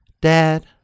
Dad